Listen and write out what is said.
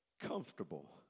comfortable